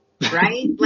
Right